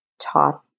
taught